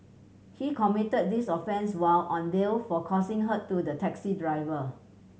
he committed this offence while on there for causing hurt to the taxi driver